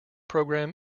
program